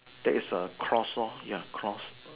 there is a cross lor ya cross